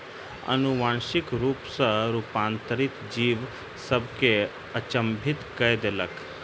अनुवांशिक रूप सॅ रूपांतरित जीव सभ के अचंभित कय देलक